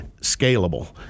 scalable